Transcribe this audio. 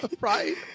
Right